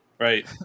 Right